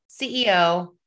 CEO